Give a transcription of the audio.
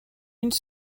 une